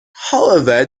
however